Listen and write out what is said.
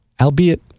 albeit